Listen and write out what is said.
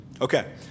Okay